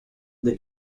the